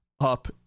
up